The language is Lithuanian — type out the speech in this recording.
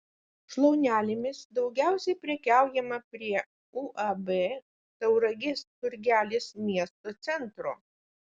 šlaunelėmis daugiausiai prekiaujama prie uab tauragės turgelis miesto centro